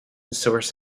source